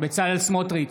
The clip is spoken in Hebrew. בצלאל סמוטריץ'